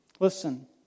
Listen